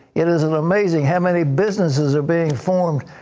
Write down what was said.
it is amazing how many businesses are being formed.